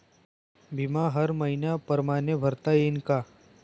बिमा हर मइन्या परमाने भरता येऊन का?